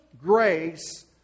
grace